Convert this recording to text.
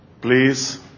Please